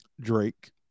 Drake